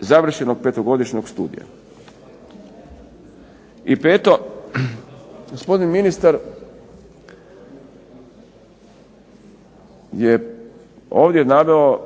završenog petogodišnjeg studija. I peto, gospodin ministar je ovdje naveo